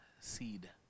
seed